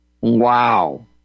Wow